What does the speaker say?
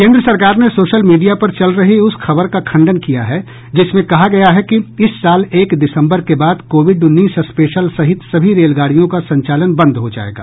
केन्द्र सरकार ने सोशल मीडिया पर चल रही उस खबर का खंडन किया है जिसमें कहा गया है कि इस साल एक दिसंबर के बाद कोविड उन्नीस स्पेशल सहित सभी रेलगाडियों का संचालन बंद हो जाएगा